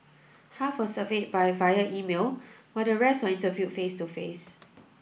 half were surveyed by via email while the rest were interviewed face to face